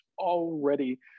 already